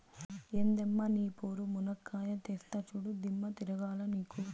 ఎందమ్మ నీ పోరు, మునక్కాయా తెస్తా చూడు, దిమ్మ తిరగాల నీకు